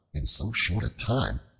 in so short a time,